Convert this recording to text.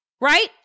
right